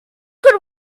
good